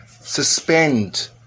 suspend